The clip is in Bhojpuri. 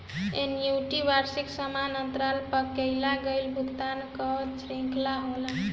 एन्युटी वार्षिकी समान अंतराल पअ कईल गईल भुगतान कअ श्रृंखला होला